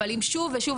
אבל אם שוב ושוב,